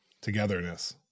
togetherness